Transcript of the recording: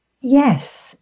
Yes